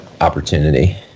opportunity